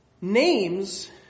Names